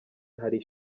hari